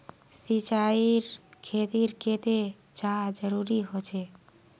सिंचाईर खेतिर केते चाँह जरुरी होचे?